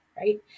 Right